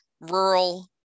rural